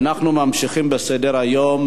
אנחנו ממשיכים בסדר-היום.